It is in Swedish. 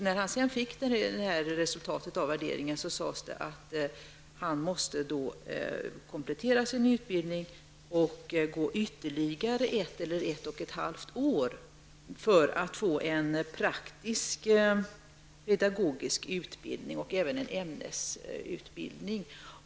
När han fick resultatet av värderingen sades det att han måste komplettera sin utbildning och gå ytterligare ett eller ett och ett halvt år för att få en praktiskpedagogisk utbildning och även en ämnesutbildning.